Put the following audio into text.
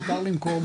מותר למכור,